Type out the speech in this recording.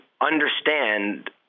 understand